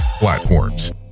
platforms